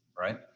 Right